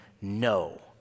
no